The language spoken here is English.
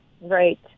Right